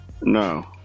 no